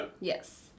yes